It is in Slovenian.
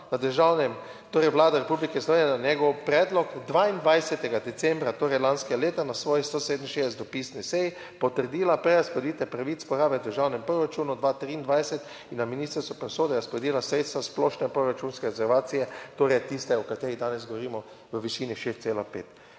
na državnem, torej Vlada Republike Slovenije na njegov predlog 22. decembra, torej lanskega leta na svoji 167. dopisni seji potrdila prerazporeditev pravic porabe v državnem proračunu 2023 in na Ministrstvu za pravosodje razporedila sredstva splošne proračunske rezervacije, torej tiste, o katerih danes govorimo v višini 6,5.